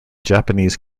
japanese